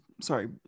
sorry